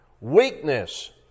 Weakness